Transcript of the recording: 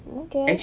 okay